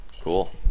Cool